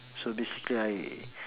so basically I